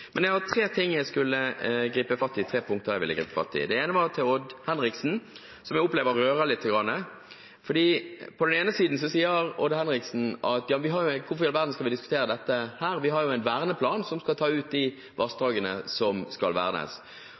Men jeg har tre punkter jeg vil gripe fatt i. Det ene er til Odd Henriksen, som jeg opplever rører lite grann, for på den ene siden spør Odd Henriksen hvorfor i all verden vi skal diskutere dette her, vi har jo en verneplan som skal ta ut de vassdragene som skal vernes.